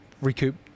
recoup